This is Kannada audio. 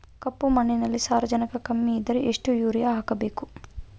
ಕಪ್ಪು ಮಣ್ಣಿನಲ್ಲಿ ಸಾರಜನಕ ಕಮ್ಮಿ ಇದ್ದರೆ ಎಷ್ಟು ಯೂರಿಯಾ ಹಾಕಬೇಕು?